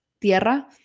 tierra